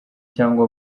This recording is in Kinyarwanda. cyangwa